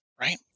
right